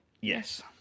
Yes